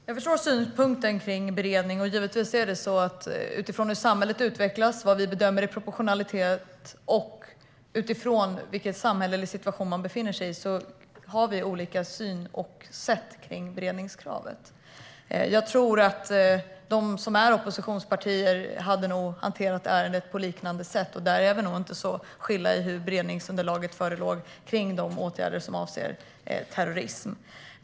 Fru talman! Jag förstår synpunkten om beredning. Utifrån hur samhället utvecklas, vad vi bedömer är proportionalitet och vilken samhällelig situation man befinner sig i har vi olika syn på beredningskravet. De som är oppositionspartier tror jag nog hade hanterat ärendet på liknande sätt. Vi har nog inte så skilda synpunkter på beredningsunderlag för de åtgärder som avser terrorism.